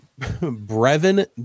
Brevin